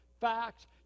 facts